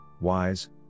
wise